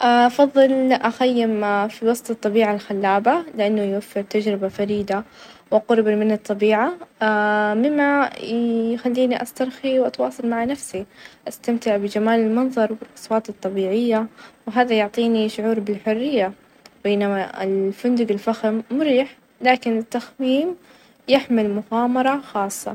أفظل أقظي ليلة وحدة في قلعة مظلمة؛ لإن القلعة تحمل طبع تاريخي ،وأجواء غامظة ،وتجربة استكشاف الأماكن القديمة تكون مثيرة، استمتع بالتاريخ والعمارات الفريدة ،بينما -ق- قظاء ليلة في خيمة على قمة جبل يكون رائع، لكن القلعة ستعطيني تجربة ثقافية مميزة.